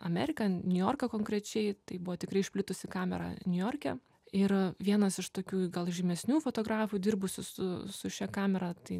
ameriką niujorką konkrečiai tai buvo tikrai išplitusi kamera niujorke ir vienas iš tokių gal žymesnių fotografų dirbusių su su šia kamera tai